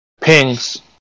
pings